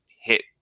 hit